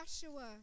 Joshua